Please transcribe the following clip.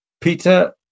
Peter